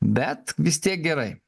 bet vis tiek gerai